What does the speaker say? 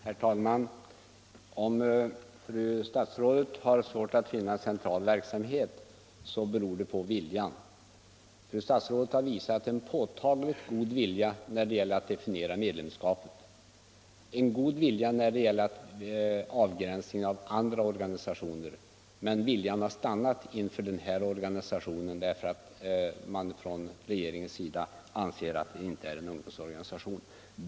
Herr talman! Om fru statsrådet har svårt att finna en central verksamhet så beror det på viljan. Fru statsrådet har visat en påtagligt god vilja när det gäller att definiera medlemskapet och när det gäller andra organisationer. Men den goda viljan har stannat inför den här organisationen; från regeringens sida anser man att det inte är en ungdomsorganisation.